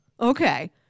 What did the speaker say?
Okay